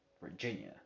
Virginia